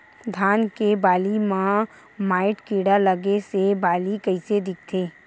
धान के बालि म माईट कीड़ा लगे से बालि कइसे दिखथे?